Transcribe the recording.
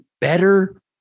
better